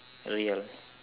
real